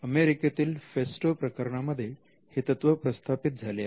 अमेरिकेतील फेस्टॉ प्रकरणांमध्ये हे तत्व प्रस्थापित झाले आहे